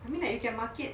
I mean like you can market